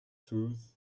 truth